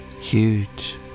huge